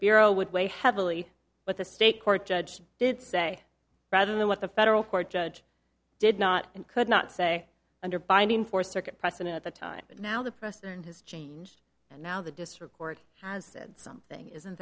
would weigh heavily what the state court judge did say rather than what the federal court judge did not and could not say under binding for circuit precedent at the time but now the press and has changed and now the district court has said something isn't